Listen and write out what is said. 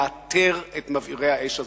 לאתר את מבעירי האש הזאת,